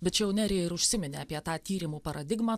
bet čia jau nerija ir užsiminė apie tą tyrimų paradigmą